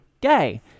GAY